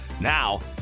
Now